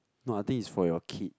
no I think it's for your kid